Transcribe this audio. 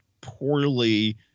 poorly